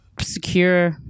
Secure